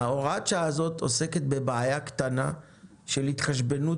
הוראת השעה הזאת עוסקת בבעיה קטנה של התחשבנות